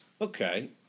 Okay